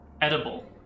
edible